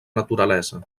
naturalesa